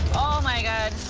oh, my god.